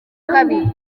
kabiri